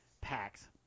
packs